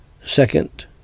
Second